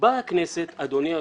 באה הכנסת אדוני היושב-ראש,